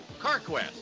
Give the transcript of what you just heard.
CarQuest